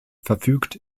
verfügt